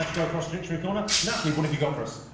go across victoria corner, natalie. what have you got for us?